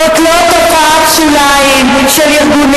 אם אני אקריא את כל הרשימה, כל החברים שרשומים.